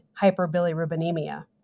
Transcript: hyperbilirubinemia